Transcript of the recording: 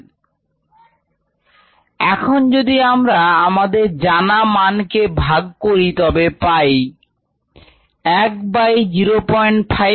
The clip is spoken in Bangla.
1ln xx0t0t এখন যদি আমরা আমাদের জানা মান কে ভাগ করি তবে পাব 1 বাই 05 mu